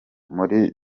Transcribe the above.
muri